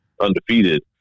undefeated